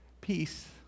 peace